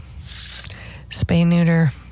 Spay-neuter